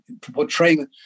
portraying